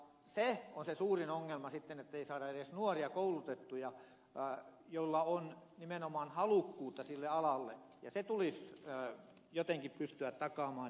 se on se suurin ongelma sitten ettei saada edes nuoria koulutettuja joilla on nimenomaan halukkuutta sille alalle ja se hakeutuminen tulisi jotenkin pystyä takaamaan